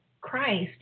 Christ